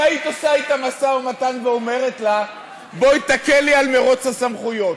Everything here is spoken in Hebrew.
אם היית עושה אתה משא-ומתן ואומרת לה: בואי תקלי את מרוץ הסמכויות,